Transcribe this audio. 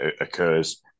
occurs